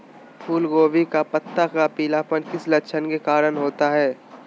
फूलगोभी का पत्ता का पीलापन किस लक्षण के कारण होता है?